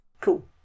Cool